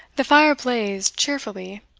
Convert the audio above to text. the fire blazed cheerfully.